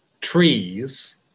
trees